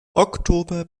oktober